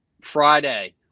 Friday